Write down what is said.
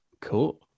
Cool